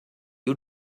you